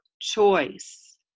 choice